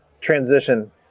transition